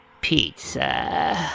Pizza